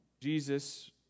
Jesus